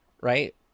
right